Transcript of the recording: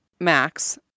Max